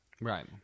Right